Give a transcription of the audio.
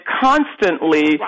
constantly